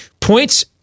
points